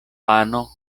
pano